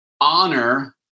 honor